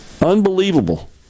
unbelievable